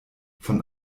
von